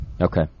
Okay